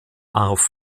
auf